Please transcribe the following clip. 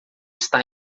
está